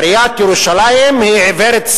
עיריית ירושלים היא עיוורת צבעים,